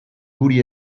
guri